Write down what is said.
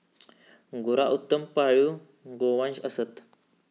गुरा उत्तम पाळीव गोवंश असत